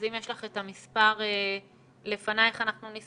אז אם יש לך את המספר לפנייך אנחנו נשמח,